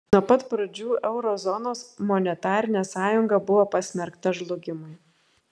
nuo pat pradžių euro zonos monetarinė sąjunga buvo pasmerkta žlugimui